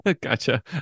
Gotcha